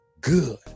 Good